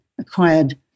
acquired